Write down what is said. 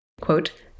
quote